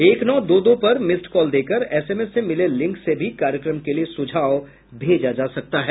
एक नौ दो दो पर मिस्ड कॉल देकर एसएमएस से मिले लिंक से भी कार्यक्रम के लिए सुझाव भेजा जा सकता है